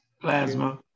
plasma